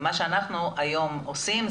מה שאנחנו היום עושים,